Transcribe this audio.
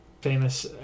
famous